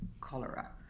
cholera